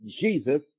Jesus